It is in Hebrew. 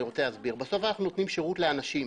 רוצה להסביר: בסוף אנחנו נותנים שירות לאנשים.